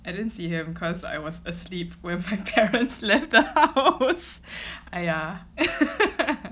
I didn't see him cause I was asleep when my parents left the house !aiya!